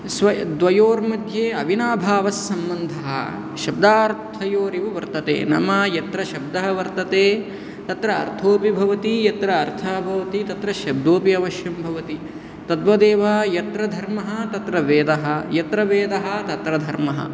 स्व द्वयोर्मध्ये अविनाभावस्सम्बन्धः शब्दार्थयोरिव वर्तते नाम यत्र शब्दः वर्तते तत्र अर्थोऽपि भवति तत्र अर्थः भवति तत्र शब्दोऽपि अवश्यं भवति तद्वदेव यत्र धर्मः तत्र वेदः यत्र वेदः तत्र धर्मः